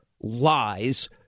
lies